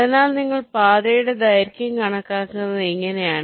അതിനാൽ നിങ്ങൾ പാതയുടെ ദൈർഘ്യം കണക്കാക്കുന്നത് ഇങ്ങനെയാണ്